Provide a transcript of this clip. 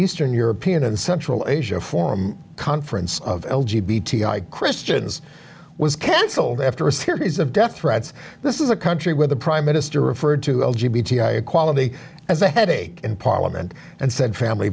eastern european and central asia forum conference of christians was cancelled after a series of death threats this is a country where the prime minister referred to equality as a headache in parliament and said family